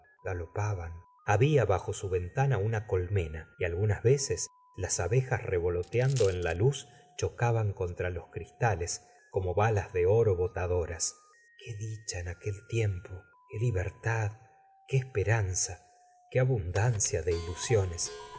galopaban habla bajo su ventana una colmena y algunas veces las abejas revoloteando en la luz chocaban contra los cristales como balas de oro botadoras qué dicha en aquel tiempo qué libertad qué esperanza qué abundancia de ilusiones